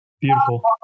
beautiful